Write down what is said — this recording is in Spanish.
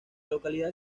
localidad